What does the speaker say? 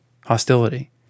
hostility